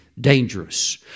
dangerous